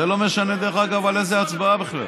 זה לא משנה, דרך אגב, על איזו הצבעה בכלל.